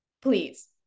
please